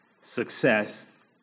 success